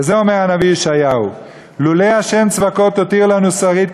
ואת זה אומר הנביא ישעיהו: "לולי ה' צבאות הותיר לנו שריד,